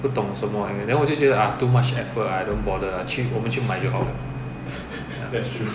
不懂什么 !aiya! then 我就觉得 !aiya! too much effort !aiya! don't bother lah 去我们去买就好了